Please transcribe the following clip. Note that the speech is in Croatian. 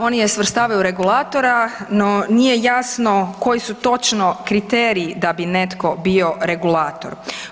Da, oni je svrstavaju u regulator, a no nije jasno koji su točno kriteriji da bi netko bio regulator.